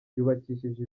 yubakishije